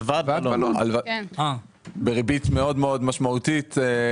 הלוואת בלון, בריבית מאוד משמעותית.